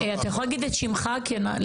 אתה יכול להגיד את שמך לפרוטוקול?